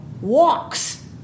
walks